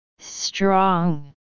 Strong